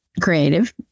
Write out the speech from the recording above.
creative